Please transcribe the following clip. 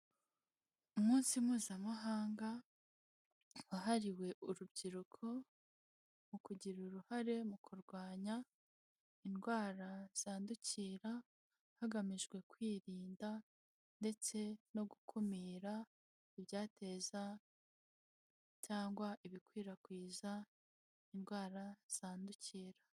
Umunsi mpuzamahanga wahariwe urubyiruko mu kugira uruhare mu kurwanya indwara zandukira, hagamijwe kwirinda ndetse no gukumira ibyateza cyangwa ibikwirakwiza indwara zandukira.